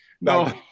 No